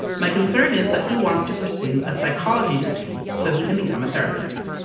my concern is that he wants to pursue a psychology degree so he can become a therapist.